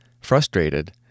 frustrated